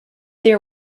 there